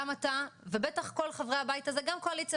גם אתה ובטח כל חברי הבית הזה גם קואליציה